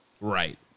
Right